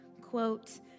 Quote